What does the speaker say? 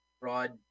Broad